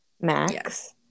max